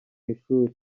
ishuri